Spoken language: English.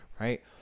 Right